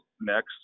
next